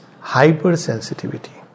hypersensitivity